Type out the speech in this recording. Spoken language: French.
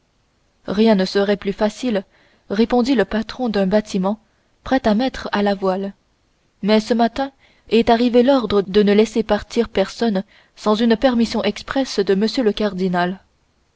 rien ne serait plus facile répondit le patron d'un bâtiment prêt à mettre à la voile mais ce matin est arrivé l'ordre de ne laisser partir personne sans une permission expresse de m le cardinal